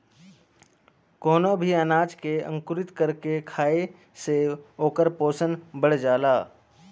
कवनो भी अनाज के अंकुरित कर के खाए से ओकर पोषण बढ़ जाला